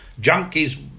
junkies